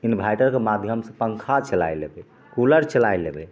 इन्भाइटरके माध्यमस पँखा चलाइ लेबै कूलर चलाइ लेबै